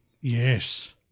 Yes